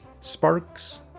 Sparks